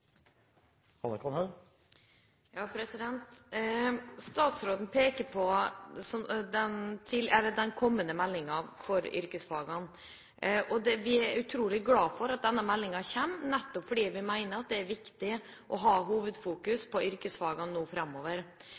Statsråden peker på den kommende meldingen for yrkesfagene. Vi er utrolig glad for at denne meldingen kommer, nettopp fordi vi mener det er viktig å ha hovedfokus på yrkesfagene framover.